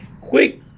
quick